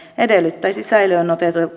edellyttäisi säilöön